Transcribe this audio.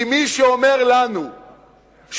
כי מי שאומר לנו שהאלטרנטיבה